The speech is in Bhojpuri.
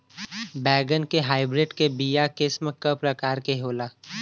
बैगन के हाइब्रिड के बीया किस्म क प्रकार के होला?